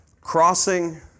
crossing